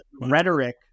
rhetoric